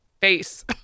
face